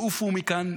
ועופו מכאן.